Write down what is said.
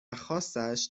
خاصش